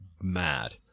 mad